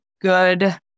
good